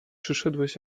przyszedłeś